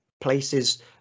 places